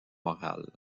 morales